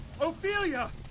Ophelia